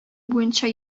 буенча